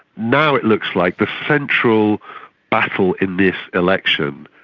now it looks like the central battle in this election,